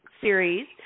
series